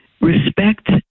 Respect